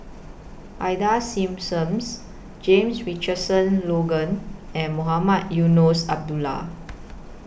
Ida Simmons James Richardson Logan and Mohamed Eunos Abdullah